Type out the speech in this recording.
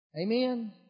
Amen